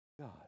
God